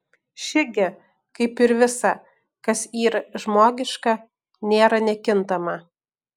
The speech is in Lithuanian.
ši gi kaip ir visa kas yr žmogiška nėra nekintama